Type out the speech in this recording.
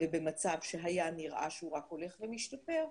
ובמצב שהיה נראה שהוא רק הולך ומשתפר,